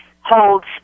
holds